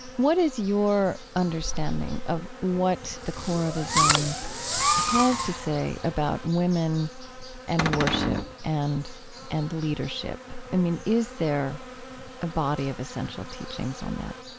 what is your understanding of what the core of islam has to say about women and worship and and leadership? i mean, is there a body of essential teachings on that?